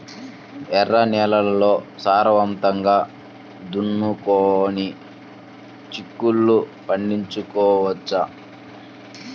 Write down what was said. ఎర్ర నేలల్లో సారవంతంగా దున్నుకొని చిక్కుళ్ళు పండించవచ్చు